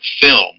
film